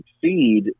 succeed